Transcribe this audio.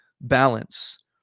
balance